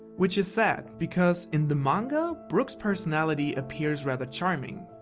which is sad, because in the manga brook's personality appears rather charming.